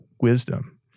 wisdom